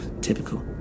Typical